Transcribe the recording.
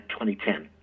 2010